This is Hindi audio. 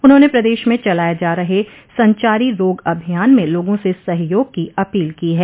उन्होंने प्रदेश में चलाये जा रहे संचारी रोग अभियान में लोगों से सहयोग की अपील की है